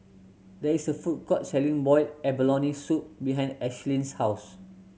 there is a food court selling boiled abalone soup behind Ashlyn's house